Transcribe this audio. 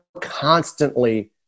constantly